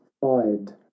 fired